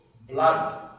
blood